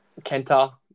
Kenta